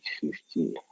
fifty